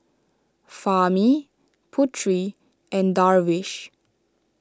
Fahmi Putri and Darwish